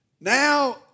Now